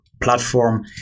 platform